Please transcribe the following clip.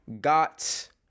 got